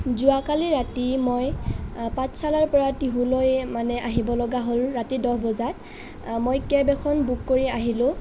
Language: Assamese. যোৱাকালি ৰাতি মই পাঠশালাৰ পৰা টিহুলৈ মানে আহিব লগা হ'ল ৰাতি দহবজাত মই কেব এখন বুক কৰি আহিলোঁ